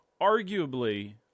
arguably